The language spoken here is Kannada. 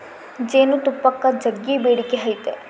ಜೇನುತುಪ್ಪಕ್ಕ ಜಗ್ಗಿ ಬೇಡಿಕೆ ಐತೆ